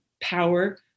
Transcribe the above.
power